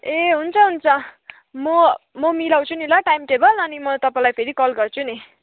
ए हुन्छ हुन्छ म म मिलाउँछु नि ल टाइम टेबल अनि म तपाईँलाई फेरि कल गर्छु नि